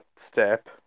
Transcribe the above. step